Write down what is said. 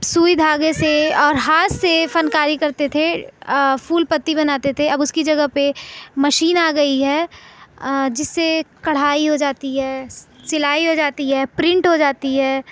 سوئی دھاگے سے اور ہاتھ سے فنکاری کرتے تھے پھول پتی بناتے تھے اب اس کی جگہ پہ مشین آ گئی ہے جس سے کڑھائی ہو جاتی ہے سلائی ہو جاتی ہے پرنٹ ہو جاتی ہے